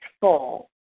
full